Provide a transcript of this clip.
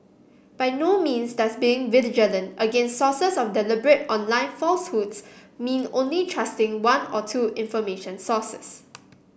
by no means does being vigilant against sources of deliberate online falsehoods mean only trusting one or two information sources